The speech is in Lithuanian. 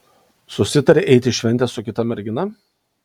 susitarei eiti į šventę su kita mergina